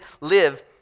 live